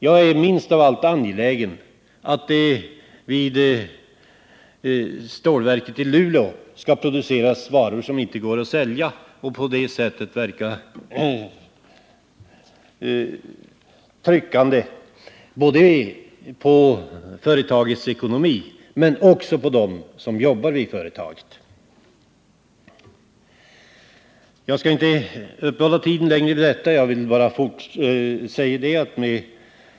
Jag är minst av allt angelägen att det vid stålverket i Luleå skall produceras varor som inte går att sälja, något som skulle verka tyngande både på företagets ekonomi och på dem som arbetar där. Jag skall inte uppta kammarens tid längre.